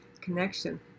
connection